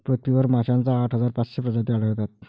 पृथ्वीवर माशांच्या आठ हजार पाचशे प्रजाती आढळतात